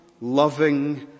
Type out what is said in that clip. loving